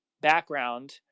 background